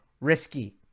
risky